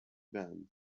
band